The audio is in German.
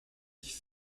ich